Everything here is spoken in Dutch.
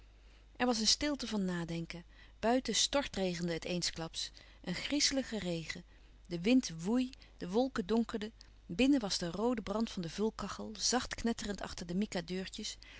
er was een stilte van nadenken buiten stortregende het eensklaps een griezelige regen de wind woei de wolken donkerden binnen was de roode brand van de vulkachel zacht knetterend achter de